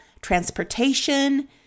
transportation